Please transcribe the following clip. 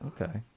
Okay